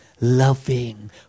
loving